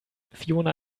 fiona